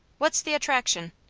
what's the attraction?